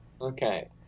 okay